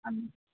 হ্যাঁ